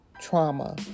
trauma